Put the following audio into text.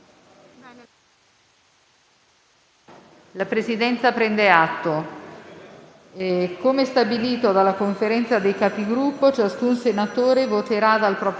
con appello. Come stabilito dalla Conferenza dei Capigruppo, ciascun senatore voterà dal proprio posto,